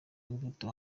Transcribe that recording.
imbuto